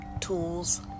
tools